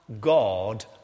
God